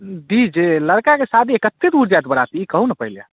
D जे लड़काके शादी हइ कतेक दूर जाइ जाएत बराती ई कहू ने पहिले